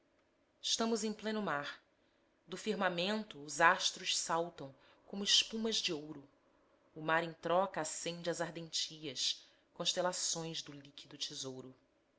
stamos em pleno mar do firmamento os astros saltam como espumas de ouro o mar em troca acende as ardentias constelações do líquido tesouro